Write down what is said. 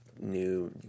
new